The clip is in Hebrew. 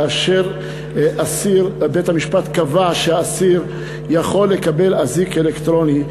כאשר בית-המשפט קבע שאסיר יכול לקבל אזיק אלקטרוני,